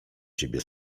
ciebie